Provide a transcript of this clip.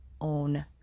own